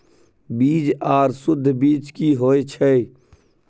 बीज आर सुध बीज की होय छै?